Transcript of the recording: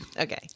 Okay